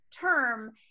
term